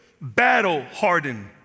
battle-hardened